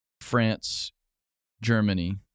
France-Germany